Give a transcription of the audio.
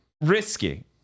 Risky